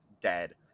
dead